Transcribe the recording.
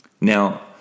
Now